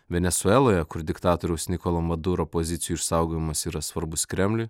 venesueloje kur diktatoriaus nikolo maduro pozicijų išsaugojimas yra svarbus kremliui